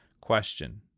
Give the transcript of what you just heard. Question